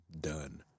done